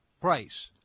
price